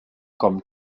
comme